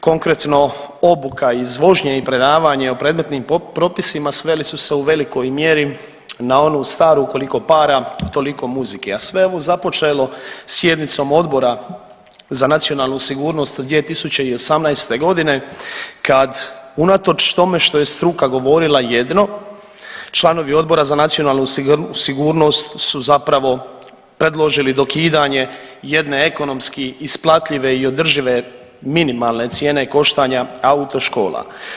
Konkretno obuka iz vožnje i predavanje o predmetnim propisima sveli su se u velikoj mjeri na onu staru koliko para toliko muzike, a sve je ovo započelo sjednicom Odbora za nacionalnu sigurnost 2018. godine kad unatoč tome što je struka govorila jedno, članovi Odbora za nacionalu sigurnost su zapravo predložili dokidanje jedne ekonomski isplative i održive minimalne cijene koštanja autoškola.